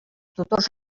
tutors